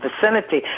vicinity